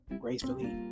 gracefully